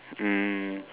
mm